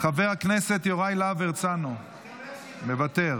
חבר הכנסת יוראי להב הרצנו, מוותר,